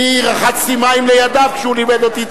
אני יצקתי מים על ידיו כשהוא לימד אותי את